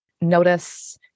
notice